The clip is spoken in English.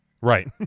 right